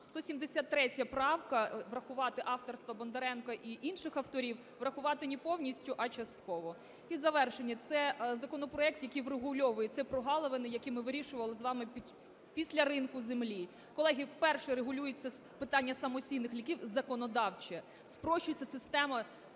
173 правка - врахувати, авторства Бондаренка і інших авторів, врахувати не повністю, а частково. І завершення. Це законопроект, який врегульовує ці прогалини, які ми вирішували з вами після ринку землі. Колеги, вперше регулюється питання самосійних лісів законодавчо, спрощується система